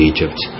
Egypt